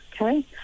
okay